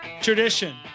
tradition